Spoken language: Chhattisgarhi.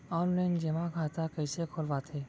ऑनलाइन जेमा खाता कइसे खोलवाथे?